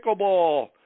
pickleball